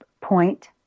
point